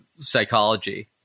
psychology